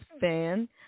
fan